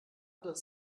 das